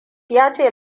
yace